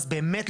אז באמת,